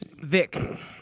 Vic